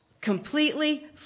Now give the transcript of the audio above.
Completely